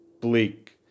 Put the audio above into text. bleak